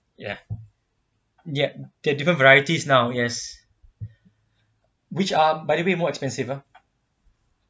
ya ya got a different varieties now yes which are by the way more expensive ah